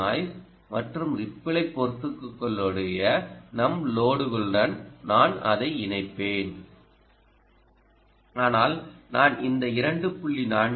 இந்த நாய்ஸ் மற்றும் ரிப்பிளை பொறுத்துக்கொள்ளக்கூடிய நம் லோடுகளுடன் நான் அதை இணைப்பேன் ஆனால் நான் இந்த 2